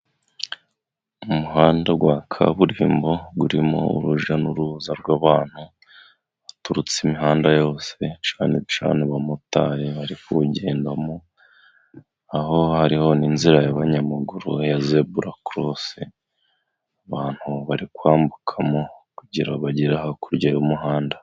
Umuhanda wa kaburimbo urimo urujya n'uruza rw'abantu baturutse imihanda yose, cyane cyane abamotari bari kuwugendamo, aho hariho n'inzira y'abanyamaguru ya zebura kurosi abantu bari kwambukamo kugirango bagera hakurya y'umuhanda.